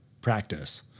practice